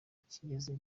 kigeze